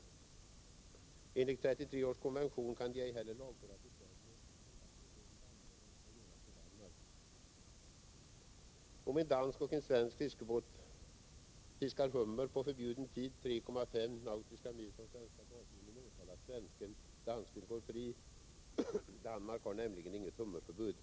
Enligt 1933 års konvention kan de ej heller lagföras i Sverige . Endast behörig anmälan skall göras till Danmark. Om en dansk och en svensk fiskebåt fiskar hummer på förbjuden tid 3,5 nm från svenska baslinjen åtalas svensken, dansken går fri. Danmark har nämligen inget hummerförbud.